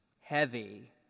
heavy